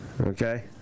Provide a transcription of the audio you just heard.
Okay